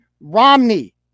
Romney